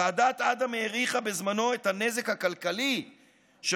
ועדת אדם העריכה בזמנו את הנזק הכלכלי של